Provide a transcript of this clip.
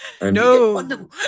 No